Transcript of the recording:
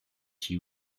she